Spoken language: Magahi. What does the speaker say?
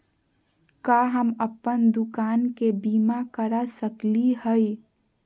का हम अप्पन दुकान के बीमा करा सकली हई?